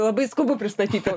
labai skubu pristatyti